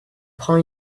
prend